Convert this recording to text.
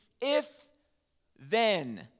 if-then